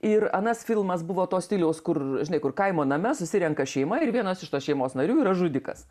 ir anas filmas buvo to stiliaus kur žinai kur kaimo name susirenka šeima ir vienas iš tos šeimos narių yra žudikas